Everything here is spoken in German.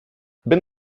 bin